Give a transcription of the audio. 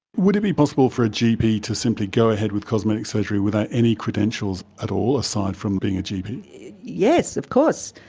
would it be possible for a gp to simply go ahead with cosmetic surgery without any credentials at all, aside from being a gp? yes, of course.